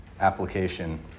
application